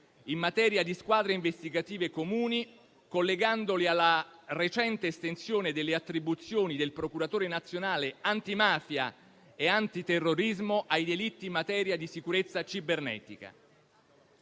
in materia di squadre investigative comuni, collegandole alla recente estensione delle attribuzioni del procuratore nazionale antimafia e antiterrorismo ai delitti in materia di sicurezza cibernetica.